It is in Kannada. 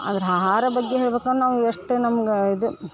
ಆದ್ರೆ ಆಹಾರ ಬಗ್ಗೆ ಹೇಳ್ಬೇಕಂದ್ರ್ ನಾವು ಎಷ್ಟು ನಮ್ಗೆ ಇದು